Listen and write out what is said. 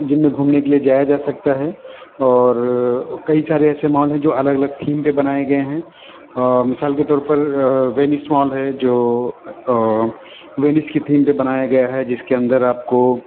جن میں گھومنے کے لیے جایا جا سکتا ہے اور کئی سارے ایسے مال ہیں جو الگ الگ تھیم پہ بنائے گئے ہیں مثال کے طور پر وینس مال ہے جو وینس کی تھیم پہ بنایا گیا ہے جس کے اندر آپ کو